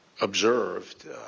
observed